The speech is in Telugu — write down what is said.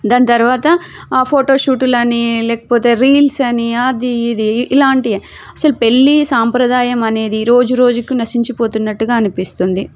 దాని తర్వాత ఆ ఫోటో షూటులనీ లేకపోతే రీల్స్ అనీ అదీ ఇదీ ఇలాంటివి అసలు పెళ్ళి సాంప్రదాయం అనేది రోజు రోజుకు నశించిపోతున్నట్టుగా అనిపిస్తుంది